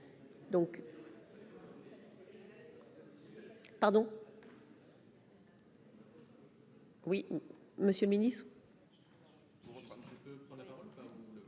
donc. Pardon. Oui, monsieur le ministre.